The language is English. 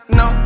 no